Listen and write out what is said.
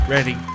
Ready